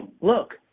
look